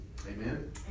Amen